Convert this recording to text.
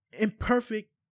imperfect